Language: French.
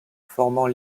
formant